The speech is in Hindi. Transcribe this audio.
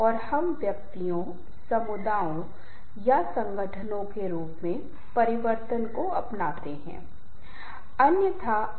लेकिन जिन लोगों के दूसरों के साथ अच्छे संबंध नहीं हैं वे सुबह से शाम तक बहुत सारी समस्या का सामना करते हैं वे सिर्फ शिकायत करते रहते हैं एक दूसरे पर दोषारोपण करते हैं और सिस्टम को कोसते हैं लोगों को कोसते हैं